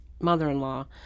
mother-in-law